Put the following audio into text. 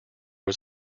was